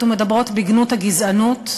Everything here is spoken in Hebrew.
ומדברות בגנות הגזענות,